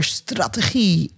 strategie